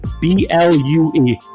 B-L-U-E